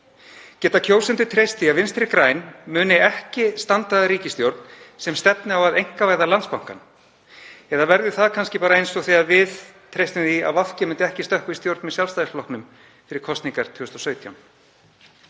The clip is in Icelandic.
Geta kjósendur treyst því að Vinstri græn muni ekki standa að ríkisstjórn sem stefni á að einkavæða Landsbankann? Eða verður það kannski bara eins og þegar við treystum því að VG myndi ekki stökkva í stjórn með Sjálfstæðisflokknum fyrir kosningarnar 2017?